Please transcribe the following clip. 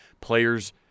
players